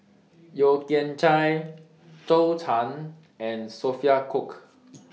Yeo Kian Chai Zhou Can and Sophia Cooke